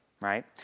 right